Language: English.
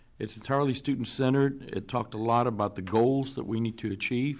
it's entirely student-centered. it talked a lot about the goals that we need to achieve